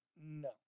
No